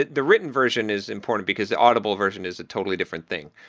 the written version is important because the audible version is a totally different thing,